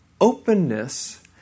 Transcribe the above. openness